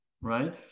right